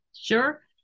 sure